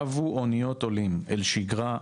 הבו אוניות עולים אֶל שגרה.